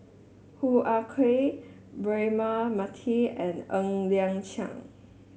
Hoo Ah Kay Braema Mathi and Ng Liang Chiang